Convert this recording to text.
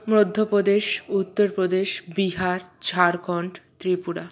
Madhya Pradesh Uttar Pradesh Bihar Jharkhand Tripura